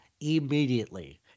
immediately